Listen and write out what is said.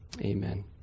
Amen